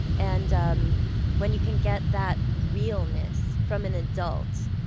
and um when you can get that realness from an adult,